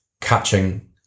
catching